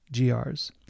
GRs